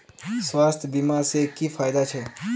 स्वास्थ्य बीमा से की की फायदा छे?